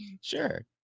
Sure